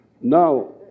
Now